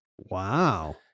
Wow